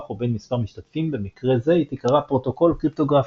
או בין מספר משתתפים במקרה זה היא תקרא פרוטוקול קריפטוגרפי.